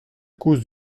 cause